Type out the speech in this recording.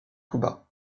cuba